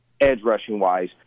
edge-rushing-wise